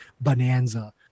bonanza